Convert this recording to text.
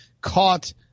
Caught